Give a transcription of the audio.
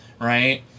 right